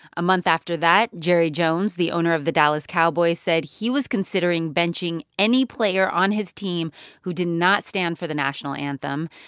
a month after that, jerry jones the owner of the dallas cowboys, said he was considering benching any player on his team who did not stand for the national anthem.